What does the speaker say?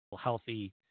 healthy